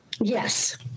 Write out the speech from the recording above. Yes